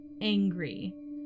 angry